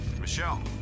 Michelle